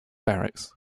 barracks